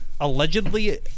Allegedly